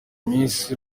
miss